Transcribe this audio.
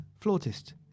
flautist